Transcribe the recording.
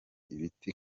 ibiti